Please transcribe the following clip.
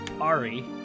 Ari